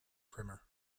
primer